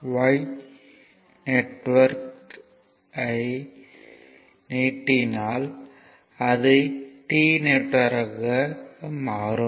Y network ஐ நீட்டினால் அது T நெட்வொர்க் ஆக மாறும்